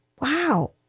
wow